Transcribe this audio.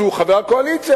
שהוא חבר הקואליציה,